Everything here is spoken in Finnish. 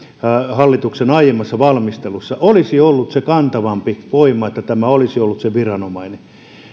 hallituksen aiemmassa valmistelussa olisi ollut se kantavampi voima että tämä olisi ollut se viranomainen